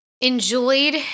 enjoyed